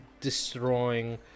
destroying